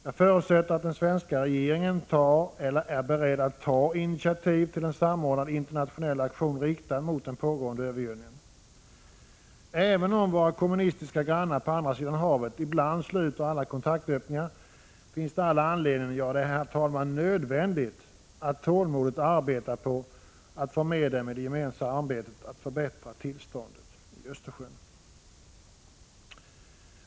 Jag förutsätter att den svenska regeringen tar eller är beredd att ta initiativ till en samordnad internationell aktion riktad mot den pågående övergödningen. Även om våra kommunistiska grannar på andra sidan havet ibland sluter alla kontaktöppningar finns det all anledning — ja, det är, herr talman, helt nödvändigt — att tålmodigt arbeta på att få med dem i det gemensamma arbetet att förbättra tillståndet i Östersjön.